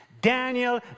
Daniel